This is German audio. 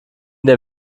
der